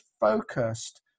focused